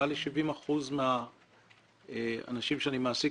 מעל ל-70 אחוזים מהאנשים שאני מעסיק,